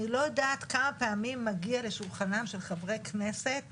אני לא יודעת כמה פעמים מגיעה לשולחנם של חברי כנסת